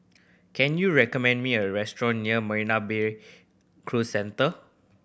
can you recommend me a restaurant near Marina Bay Cruise Centre